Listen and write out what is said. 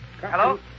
Hello